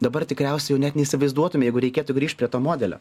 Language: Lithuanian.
dabar tikriausiai jau net neįsivaizduotume jeigu reikėtų grįžt prie to modelio